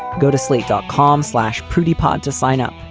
go to slate dot com slash prudy pod to sign up.